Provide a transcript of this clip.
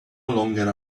longer